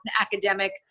academic